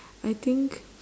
I think